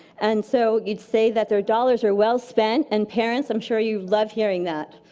and so you'd say that their dollars are well-spent. and parents, i'm sure you love hearing that.